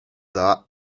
that